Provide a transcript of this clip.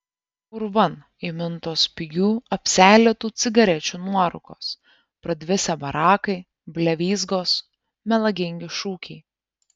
purvan įmintos pigių apseilėtų cigarečių nuorūkos pradvisę barakai blevyzgos melagingi šūkiai